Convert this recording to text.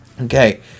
Okay